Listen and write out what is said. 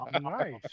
nice